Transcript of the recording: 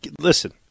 Listen